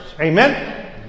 Amen